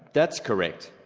that's correct.